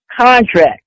contract